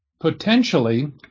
potentially